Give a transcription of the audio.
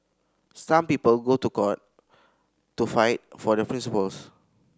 some people go to court to fight for their principles